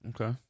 Okay